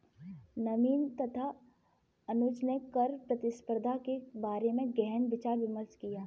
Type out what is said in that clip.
नवीन तथा अनुज ने कर प्रतिस्पर्धा के बारे में गहन विचार विमर्श किया